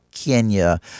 Kenya